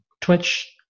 Twitch